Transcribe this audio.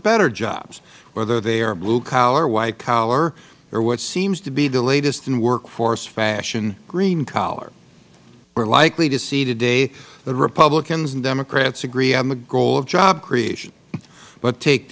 better jobs whether they are blue collar white collar or what seems to be the latest in workforce fashion green collar we are likely to see today the republicans and democrats agree on the goal of job creation but take